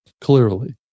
Clearly